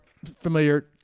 Familiar